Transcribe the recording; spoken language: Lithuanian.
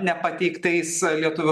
nepateiktais lietuvių kalbos